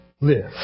Live